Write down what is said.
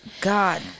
God